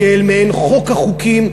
כאל מעין חוק החוקים,